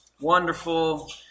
wonderful